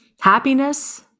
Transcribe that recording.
Happiness